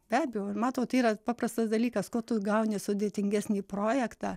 be abejo ir matot yra paprastas dalykas kuo tu gauni sudėtingesnį projektą